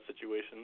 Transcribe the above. situation